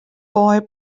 boy